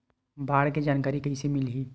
बाढ़ के जानकारी कइसे मिलही?